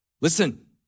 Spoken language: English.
Listen